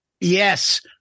Yes